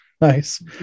nice